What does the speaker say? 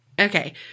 Okay